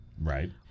Right